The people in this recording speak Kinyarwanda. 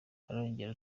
arongera